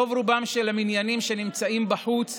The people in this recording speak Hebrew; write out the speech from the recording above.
רוב-רובם של המניינים נמצאים בחוץ,